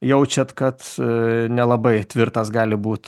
jaučiat kad nelabai tvirtas gali būt